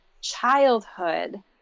childhood